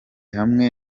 hamwe